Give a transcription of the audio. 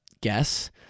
guess